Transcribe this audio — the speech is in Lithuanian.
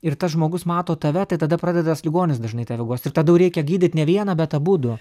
ir tas žmogus mato tave tai tada pradeda tas ligonis dažnai tave guost ir tada jau reikia gydyt ne vieną bet abudu